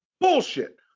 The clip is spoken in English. Bullshit